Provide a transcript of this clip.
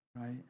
right